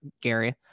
Gary